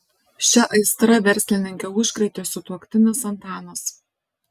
šia aistra verslininkę užkrėtė sutuoktinis antanas